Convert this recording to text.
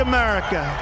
America